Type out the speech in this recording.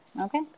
okay